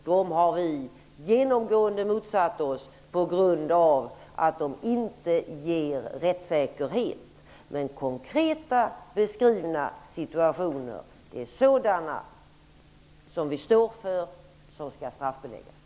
Vi har genomgående motsatt oss dem på grund av att de inte ger rättssäkerhet. Men konkreta beskrivna situationer, sådana som vi står för, skall straffbeläggas.